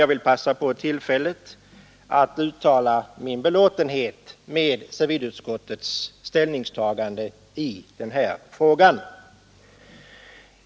Jag vill passa på tillfället att uttala min belåtenhet med civilutskottets ställningstagande i denna fråga.